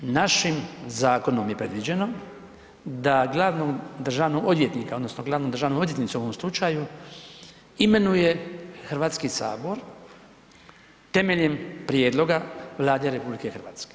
Našim zakonom je predviđeno da glavnog državnog odvjetnika odnosno glavnu državnu odvjetnicu u ovom slučaju imenuje Hrvatski sabor temeljem prijedloga Vlade RH.